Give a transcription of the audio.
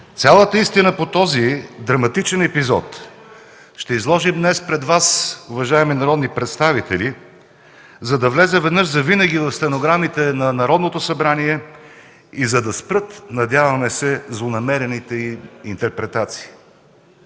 Цялата истина по този драматичен епизод ще изложим днес пред Вас, уважаеми народни представители, за да влезе веднъж завинаги в стенограмите на Народното събрание и за да спрат, надяваме се, злонамерените интерпретации.